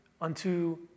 unto